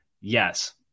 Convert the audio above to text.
yes